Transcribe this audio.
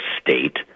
state